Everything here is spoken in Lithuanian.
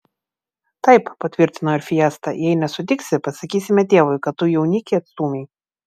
taip patvirtino ir fiesta jei nesutiksi pasakysime tėvui kad tu jaunikį atstūmei